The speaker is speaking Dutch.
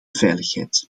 veiligheid